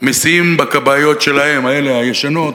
מסיעים בכבאיות שלהם, הישנות,